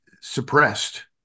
suppressed